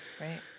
right